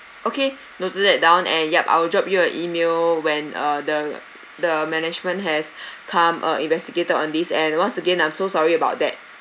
okay noted that down and yup I'll drop you a email when uh the the management has come uh investigated on this and once again I'm so sorry about that